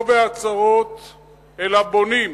לא בהצהרות, אלא בונים.